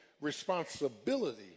responsibility